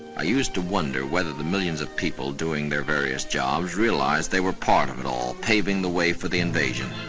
i used to wonder whether the millions of people doing their various jobs realized they were a part of it all, paving the way for the invasion.